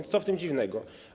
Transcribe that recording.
Co w tym dziwnego?